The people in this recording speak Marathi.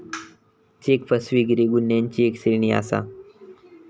चेक फसवेगिरी गुन्ह्यांची एक श्रेणी आसा